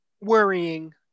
worrying